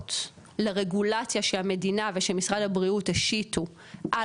עלויות לרגולציה שהמדינה ושמשרד הבריאות השיתו על